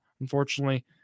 Unfortunately